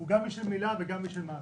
הוא גם איש של מילה וגם איש של מעשה.